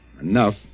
Enough